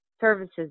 services